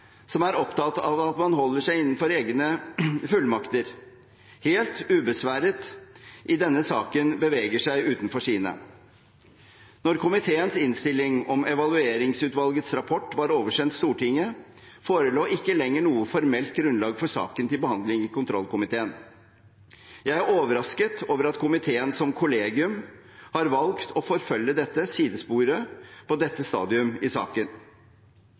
som er opptatt av at man holder seg innenfor egne fullmakter, helt ubesværet i denne saken beveger seg utenfor sine. Da komiteens innstilling om Evalueringsutvalgets rapport var oversendt Stortinget, forelå ikke lenger noe formelt grunnlag for saken til behandling i kontrollkomiteen. Jeg er overrasket over at komiteen som kollegium har valgt å forfølge dette sidesporet på dette stadium i saken.